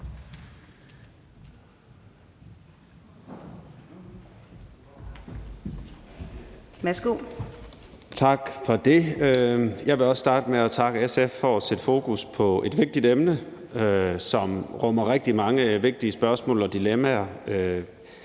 Jeg vil også starte med at takke SF for at sætte fokus på et vigtigt emne, som rummer rigtig mange vigtige spørgsmål og dilemmaer,